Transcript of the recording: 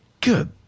good